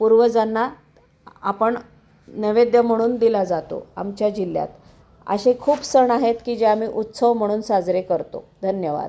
पूर्वजांना आपण नैवेद्य म्हणून दिला जातो आमच्या जिल्ह्यात असे खूप सण आहेत की जे आम्ही उत्सव म्हणून साजरे करतो धन्यवाद